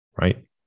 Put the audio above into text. right